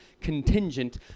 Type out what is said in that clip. Contingent